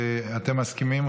אתם מסכימים,